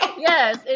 Yes